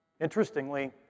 Interestingly